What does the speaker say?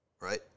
right